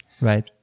Right